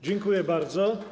Dziękuję bardzo.